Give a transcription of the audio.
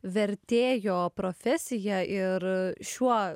vertėjo profesiją ir šiuo